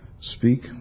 speak